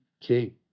King